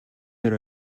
дээр